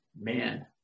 man